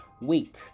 week